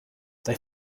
they